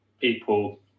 people